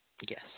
Yes